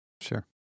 Sure